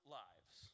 lives